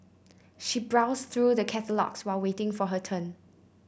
she browsed through the catalogues while waiting for her turn